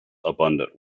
abundant